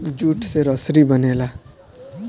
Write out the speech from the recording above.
jute से रसरी बनेला